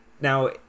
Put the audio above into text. Now